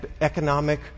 economic